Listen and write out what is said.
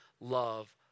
love